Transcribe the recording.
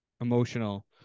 emotional